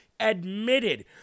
admitted